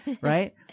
Right